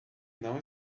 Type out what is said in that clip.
não